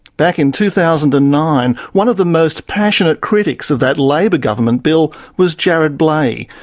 back in two thousand and nine, one of the most passionate critics of that labor government bill was jarrod bleijie,